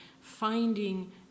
finding